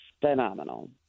phenomenal